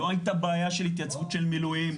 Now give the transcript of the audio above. לא הייתה בעיה של התייצבות של מילואים,